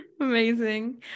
Amazing